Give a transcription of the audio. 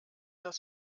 das